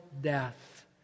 death